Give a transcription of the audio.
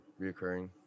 reoccurring